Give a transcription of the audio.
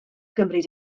gymryd